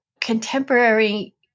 contemporary